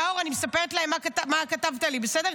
נאור, אני מספרת להם מה כתבת לי, בסדר?